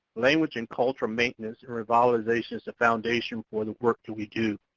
language and culture maintenance and revitalization is the foundation for the work that we do.